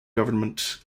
government